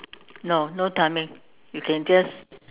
no no timing you can just